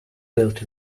built